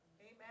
Amen